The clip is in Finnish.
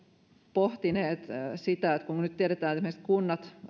pohtineet kun me nyt tiedämme että esimerkiksi kunnat